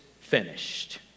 finished